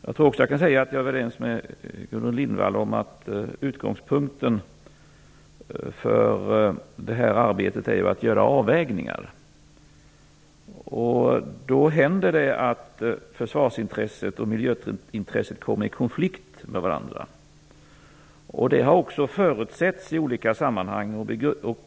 Jag tror också att jag är överens med Gudrun Lindvall att utgångspunkten för arbetet är att göra avvägningar. Då händer det att försvarsintresset och miljöintresset kommer i konflikt med varandra. Det har också förutsetts i olika sammanhang.